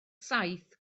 saith